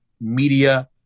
media